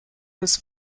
his